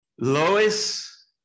Lois